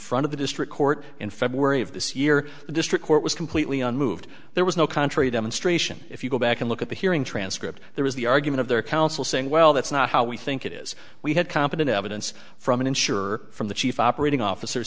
front of the district court in february of this year the district court was completely unmoved there was no contrary demonstration if you go back and look at the hearing transcript there was the argument of their counsel saying well that's not how we think it is we had competent evidence from an insurer from the chief operating officer